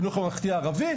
החינוך הממלכתי הערבי,